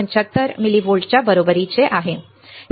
75 मिलीव्होल्टच्या बरोबरीचे आहे